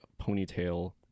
ponytail